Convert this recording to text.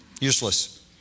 Useless